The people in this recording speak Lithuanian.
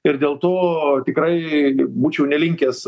ir dėl to tikrai būčiau nelinkęs